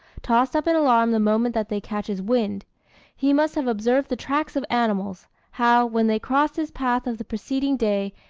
tossed up in alarm the moment that they catch his wind he must have observed the tracks of animals how, when they crossed his path of the preceding day,